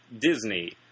Disney